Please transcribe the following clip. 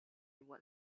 what